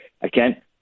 again